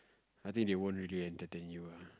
I think they won't really entertain you ah